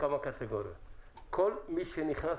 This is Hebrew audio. כל מי שנכנס